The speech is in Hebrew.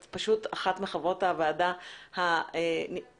את אחת מחברות הוועדה השקדניות,